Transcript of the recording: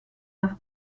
nach